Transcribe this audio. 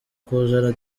kuzana